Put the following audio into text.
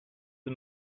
the